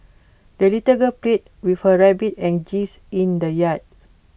the little girl played with her rabbit and geese in the yard